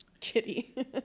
Kitty